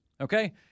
okay